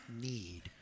need